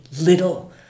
little